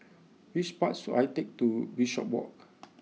which bus should I take to Bishopswalk